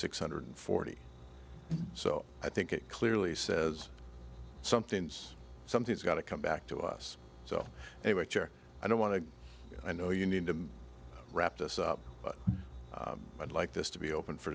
six hundred forty so i think it clearly says something's something's got to come back to us so they which are i don't want to i know you need to wrap this up but i'd like this to be open for